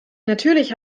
natürlich